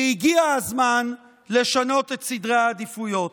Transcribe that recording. והגיע הזמן לשנות את סדרי העדיפויות.